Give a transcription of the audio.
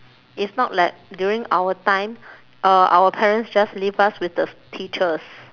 it's not like during our time uh our parents just leave us with the teachers